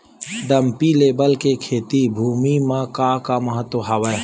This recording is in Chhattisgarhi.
डंपी लेवल का खेती भुमि म का महत्व हावे?